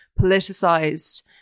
politicized